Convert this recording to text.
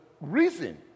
reason